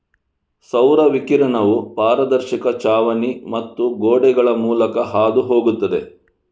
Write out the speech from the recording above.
ಸೌರ ವಿಕಿರಣವು ಪಾರದರ್ಶಕ ಛಾವಣಿ ಮತ್ತು ಗೋಡೆಗಳ ಮೂಲಕ ಹಾದು ಹೋಗುತ್ತದೆ